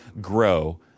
grow